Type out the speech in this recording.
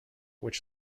which